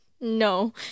no